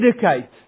dedicate